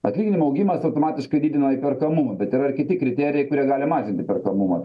atlyginimų augimas automatiškai didina įperkamumą bet yra ir kiti kriterijai kurie gali mažint įperkamumą